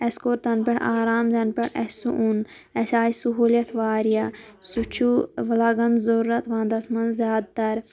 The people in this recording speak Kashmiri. اَسہِ کوٚر تَنہٕ پٮ۪ٹھ آرام یَنہٕ پٮ۪ٹھ اَسہِ سُہ اوٚن اَسہِ آے سہوٗلِیت وارِیاہ سُہ چھُ لگن ضوٚرَتھ ونٛدس منٛز زیادٕ تر